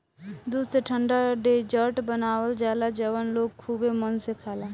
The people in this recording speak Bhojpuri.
दूध से ठंडा डेजर्ट बनावल जाला जवन लोग खुबे मन से खाला